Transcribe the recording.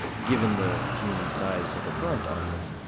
given the puny size of the current audience,